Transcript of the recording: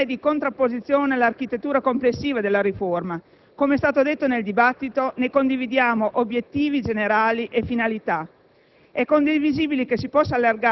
Ora la nostra posizione non è di contrapposizione all'architettura complessiva della riforma: com'è stato detto nel dibattito, ne condividiamo obiettivi generali e finalità.